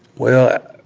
well,